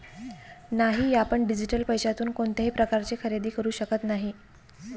नाही, आपण डिजिटल पैशातून कोणत्याही प्रकारचे खरेदी करू शकत नाही